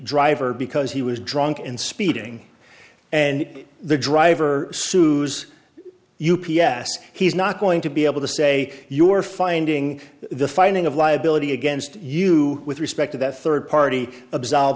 driver because he was drunk and speeding and the driver suze u p s he's not going to be able to say you are finding the finding of liability against you with respect to that third party absolve